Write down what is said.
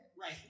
Right